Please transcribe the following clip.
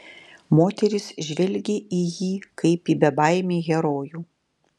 moterys žvelgė į jį kaip į bebaimį herojų